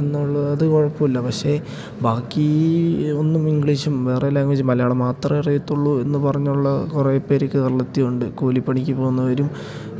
എന്നുള്ളത് കുഴപ്പമില്ല പക്ഷേ ബാക്കി ഒന്നും ഇംഗ്ലീഷും വേറെ ലാംഗ്വേജ് മലയാളം മാത്രമേ അറിയത്തുള്ളൂ എന്ന് പറഞ്ഞുള്ള കുറേ പേര് കേരളത്തിലുണ്ട് കൂലിപ്പണിക്ക് പോകുന്നവരും